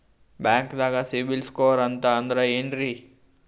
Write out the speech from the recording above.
ಬ್ಯಾಂಕ್ದಾಗ ಸಿಬಿಲ್ ಸ್ಕೋರ್ ಅಂತ ಅಂದ್ರೆ ಏನ್ರೀ?